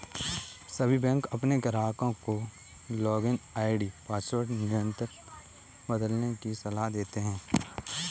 सभी बैंक अपने ग्राहकों को लॉगिन आई.डी पासवर्ड निरंतर बदलने की सलाह देते हैं